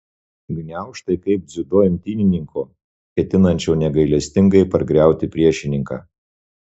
gniaužtai kaip dziudo imtynininko ketinančio negailestingai pargriauti priešininką